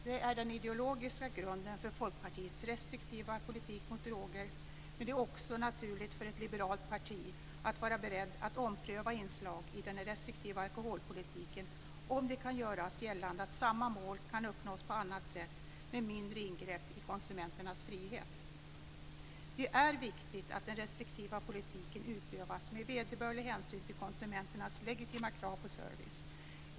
Det är den ideologiska grunden för Folkpartiets restriktiva politik mot droger. Men det är också naturligt för ett liberalt parti att vara berett att ompröva inslag i den restriktiva alkoholpolitiken, om det kan göras gällande att samma mål kan uppnås på annat sätt, med mindre ingrepp i konsumenternas frihet. Det är viktigt att den restriktiva politiken utövas med vederbörlig hänsyn till konsumenternas legitima krav på service.